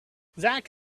zak